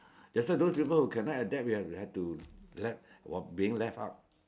that's why those people who cannot adapt you have have to left while being left out